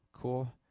Cool